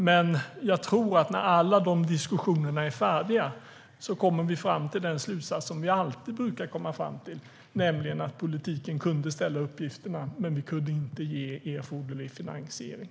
Men jag tror att när alla dessa diskussioner är färdiga kommer vi fram till den slutsats som vi alltid brukar komma fram till, nämligen att politiken kunde ställa upp uppgifterna, men vi kunde inte ger erforderlig finansiering.